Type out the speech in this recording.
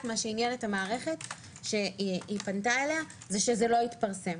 מה שעניין את המערכת שהיא פנתה אליה שזה לא יתפרסם,